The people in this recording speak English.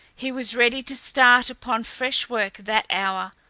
he was ready to start upon fresh work that hour,